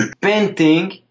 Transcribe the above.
painting